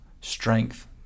strength